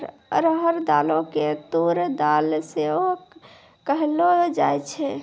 अरहर दालो के तूर दाल सेहो कहलो जाय छै